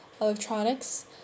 electronics